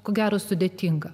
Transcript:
ko gero sudėtinga